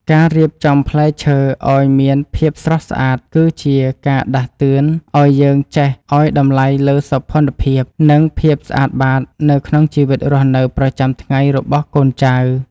ការរៀបចំផ្លែឈើឱ្យមានភាពស្រស់ស្អាតគឺជាការដាស់តឿនឱ្យយើងចេះឱ្យតម្លៃលើសោភ័ណភាព និង ភាពស្អាតបាតនៅក្នុងជីវិតរស់នៅប្រចាំថ្ងៃរបស់កូនចៅ។